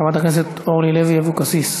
חברת הכנסת אורלי לוי אבקסיס,